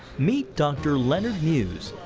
meet dr. leonard muse.